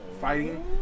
fighting